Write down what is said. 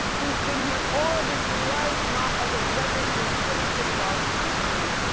who's been here all of his life not as a registered citizen of our country,